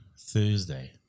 Thursday